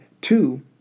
two